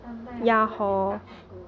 sometimes I feel like they touch and go